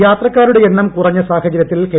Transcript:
C യാത്രക്കാരുടെ എണ്ണം കുറഞ്ഞ സാഹചര്യത്തിൽ കെ